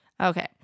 Okay